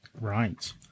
Right